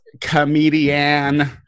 comedian